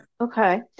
okay